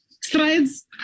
strides